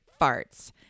farts